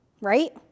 Right